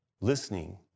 Listening